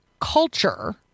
culture